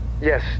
Yes